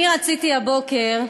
אני רציתי הבוקר,